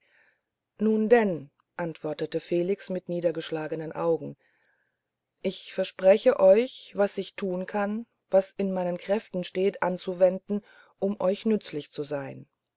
nun denn antwortete felix mit niedergeschlagenen augen ich verspreche euch was ich tun kann was in meinen kräften steht anzuwenden um euch nützlich zu sein